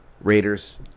Raiders